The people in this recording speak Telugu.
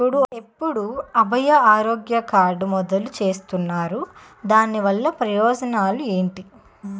ఎప్పుడు అభయ ఆరోగ్య కార్డ్ మొదలు చేస్తున్నారు? దాని వల్ల ప్రయోజనాలు ఎంటి?